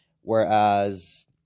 whereas